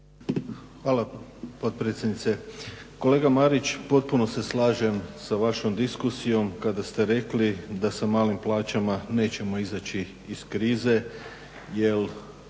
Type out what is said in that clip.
Hvala potpredsjednice. Kolega Marić potpuno se slažem sa vašom diskusijom kada ste rekli da sa malim plaćama nećemo izaći iz krize